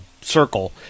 circle